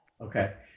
okay